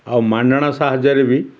ଆଉ ମାନ୍ୟଣା ସାହାଯ୍ୟରେ ବି